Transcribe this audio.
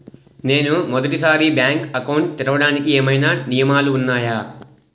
నేను మొదటి సారి బ్యాంక్ అకౌంట్ తెరవడానికి ఏమైనా నియమాలు వున్నాయా?